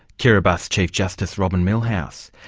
kiribati chief justice, robin millhouse.